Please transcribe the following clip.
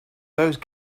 those